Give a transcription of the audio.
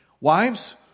Wives